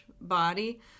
body